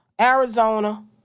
Arizona